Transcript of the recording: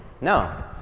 No